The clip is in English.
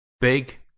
Big